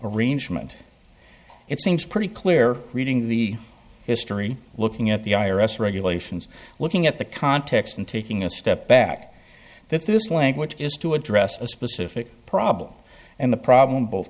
arrangement it seems pretty clear reading the history looking at the i r s regulations looking at the context and taking a step back that this language is to address a specific problem and the problem both